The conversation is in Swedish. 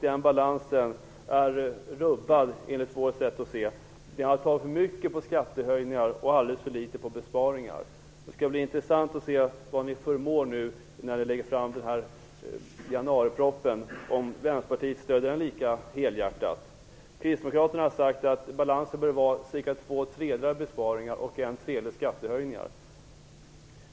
Den balansen är rubbad enligt vårt sätt att se på saken. Ni har tagit in för mycket genom skattehöjningar och alldeles för litet genom besparingar. Det skall bli intressant att se vad ni förmår när ni lägger fram propositionen i januari, och om Västerpartiet stöder den lika helhjärtat. Kristdemokraterna har sagt att balansen bör var så att cirka två tredjedelar är besparingar och en tredjedel skattehöjningar.